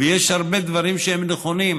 ויש הרבה דברים שהם נכונים.